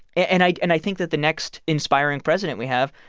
and i and i think that the next inspiring president we have,